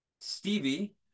Stevie